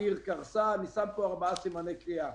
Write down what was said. אני שם פה ארבעה סימני קריאה.